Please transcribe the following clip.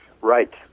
Right